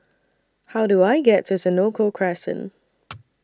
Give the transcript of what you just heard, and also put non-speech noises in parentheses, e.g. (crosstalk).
How Do I get to Senoko Crescent (noise)